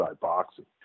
Boxing